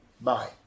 Bye